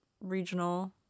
regional